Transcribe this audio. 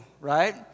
right